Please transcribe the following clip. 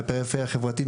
מהפריפריה החברתית,